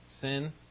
sin